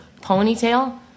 ponytail